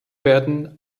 werden